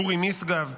אורי משגב: